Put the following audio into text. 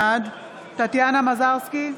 בעד טטיאנה מזרסקי,